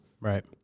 Right